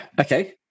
Okay